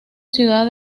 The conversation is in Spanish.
ciudad